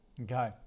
Okay